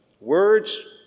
words